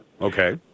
Okay